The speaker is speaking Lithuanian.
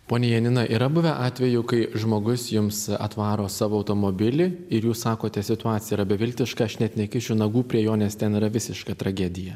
ponia janina yra buvę atvejų kai žmogus jums atvaro savo automobilį ir jūs sakote situacija yra beviltiška aš net nekišiu nagų prie jo nes ten yra visiška tragedija